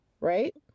right